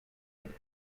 him